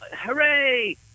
hooray